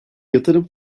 yatırım